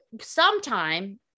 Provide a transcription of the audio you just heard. sometime